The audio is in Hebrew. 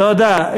תודה.